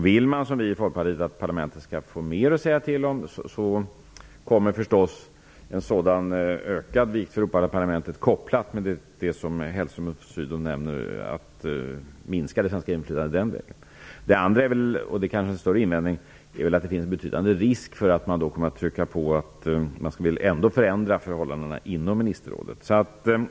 Vill man, som vi i Folkpartiet, att parlamentet skall få mer att säga till om, kommer förstås en sådan ökad vikt för Europaparlamentet, kopplat med det som Hellström och von Sydow nämner, att minska det svenska inflytandet den vägen. En större invändning är kanske att det finns en betydande risk för att man då kommer att trycka på att man ändå vill förändra förhållandena inom ministerrådet.